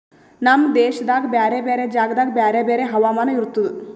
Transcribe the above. ನಮ್ ದೇಶದಾಗ್ ಬ್ಯಾರೆ ಬ್ಯಾರೆ ಜಾಗದಾಗ್ ಬ್ಯಾರೆ ಬ್ಯಾರೆ ಹವಾಮಾನ ಇರ್ತುದ